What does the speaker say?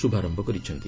ଶୁଭାରମ୍ଭ କରିଛନ୍ତି